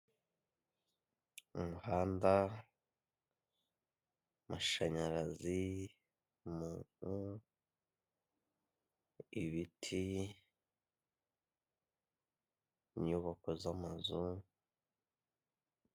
Umuhanda, amashanyarazi, umuntu, ibiti, inyubako z'amazu.